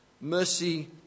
mercy